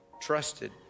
trusted